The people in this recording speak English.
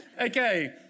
Okay